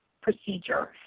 procedure